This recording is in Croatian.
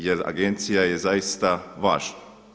Jer agencija je zaista važna.